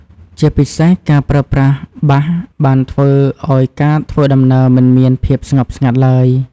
ជាពិសេស ការប្រើប្រាស់បាសបានធ្វើឱ្យការធ្វើដំណើរមិនមានភាពស្ងប់ស្ងាត់ឡើយ។